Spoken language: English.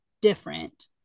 different